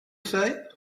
say